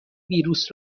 ویروس